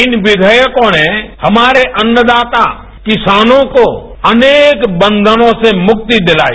इन विषेयकों ने हमारे अन्नदाता किसानों को अनेक बंधनों से मुक्ति दिलाई